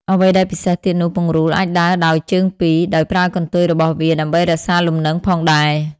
អ្វីដែលពិសេសទៀតនោះ ពង្រូលអាចដើរដោយជើងពីរ ដោយប្រើកន្ទុយរបស់វាដើម្បីរក្សាលំនឹងផងដែរ។